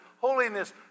holiness